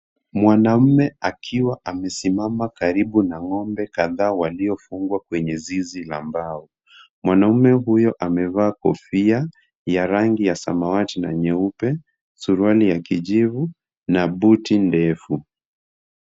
Mwanaume akiwa amesimama karibu na ng'ombe kadhaa waliofungwa kwenye zizi la mbao. Mwanaume huyo amevaa kofia ya rangi ya samawati na nyeupe, suruali ya kijivu na buti ndefu.